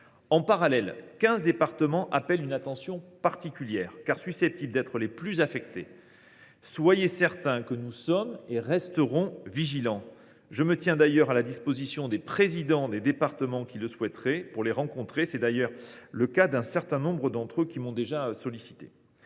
En parallèle, quinze départements appellent une attention particulière, car ils sont susceptibles d’être les plus affectés. Soyez certains que nous sommes et resterons vigilants. Je me tiens d’ailleurs à la disposition des présidents de département qui souhaiteraient me rencontrer ; certains d’entre eux m’ont déjà sollicité.